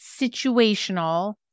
situational